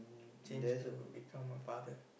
change to become a father